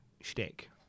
shtick